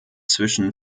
zwischen